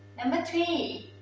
number three.